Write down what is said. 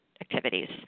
activities